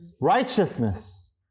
Righteousness